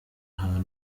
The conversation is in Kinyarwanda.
ahantu